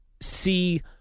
see